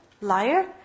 liar